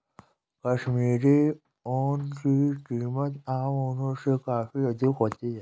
कश्मीरी ऊन की कीमत आम ऊनों से काफी अधिक होती है